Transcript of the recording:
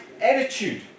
attitude